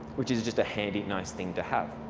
which is just a handy, nice thing to have.